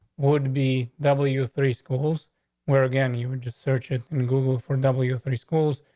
would be ww three schools where again, you and just search it in google for ww three schools.